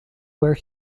where